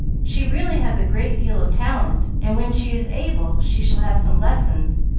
she really has a great deal of talent, and when she is able she shall have some lessons,